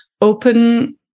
open